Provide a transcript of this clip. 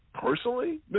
personally